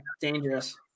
dangerous